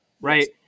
right